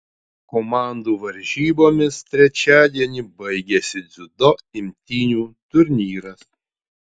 komandų varžybomis trečiadienį baigiasi dziudo imtynių turnyras